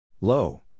Low